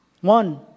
One